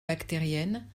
bactérienne